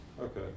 Okay